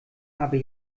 aber